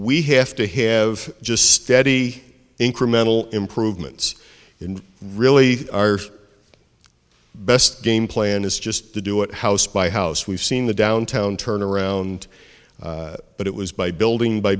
we have to have just steady incremental improvements in really our best game plan is just to do it house by house we've seen the downtown turnaround but it was by building by